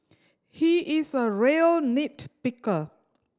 he is a real nit picker